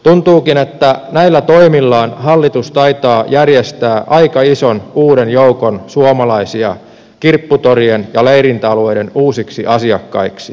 tuntuukin että näillä toimillaan hallitus taitaa järjestää aika ison uuden joukon suomalaisia kirpputorien ja leirintäalueiden uusiksi asiakkaiksi